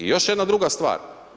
I još jedna druga stvar.